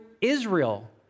Israel